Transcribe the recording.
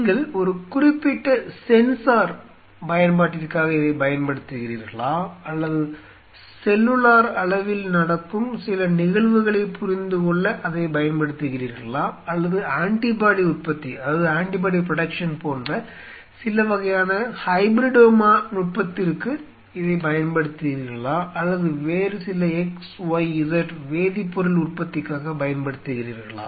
நீங்கள் ஒரு குறிப்பிட்ட சென்சார் பயன்பாட்டிற்காக இதைப் பயன்படுத்துகிறீர்களா அல்லது செல்லுலார் அளவில் நடக்கும் சில நிகழ்வுகளைப் புரிந்து கொள்ள அதைப் பயன்படுத்துகிறீர்களா அல்லது ஆன்டிபாடி உற்பத்தி போன்ற சில வகையான ஹைப்ரிடோமா நுட்பத்திற்கு இதைப் பயன்படுத்துகிறீர்களா அல்லது வேறு சில x y z வேதிப்பொருள் உற்பத்திக்காகப் பயன்படுத்துகிறீர்களா